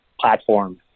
platform